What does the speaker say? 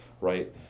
right